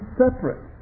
separate